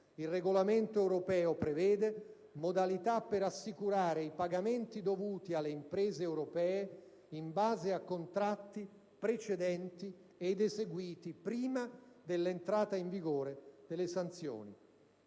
Il regolamento europeo prevede modalità per assicurare i pagamenti dovuti alle imprese europee in base a contratti precedenti ed eseguiti prima dell'entrata in vigore delle sanzioni.